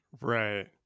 Right